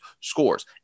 scores